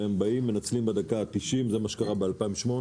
הם באים ומנצלים בדקה ה-90 זה מה שקרה ב-2018,